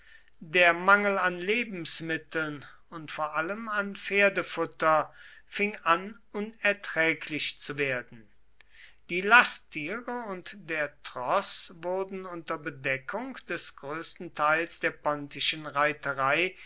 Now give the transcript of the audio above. der mangel an lebensmitteln und vor allem an pferdefutter fing an unerträglich zu werden die lasttiere und der troß wurden unter bedeckung des größten teils der pontischen reiterei